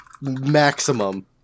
Maximum